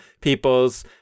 people's